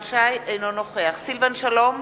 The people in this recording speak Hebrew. אינו נוכח סילבן שלום,